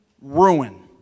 ruin